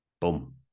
boom